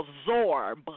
absorb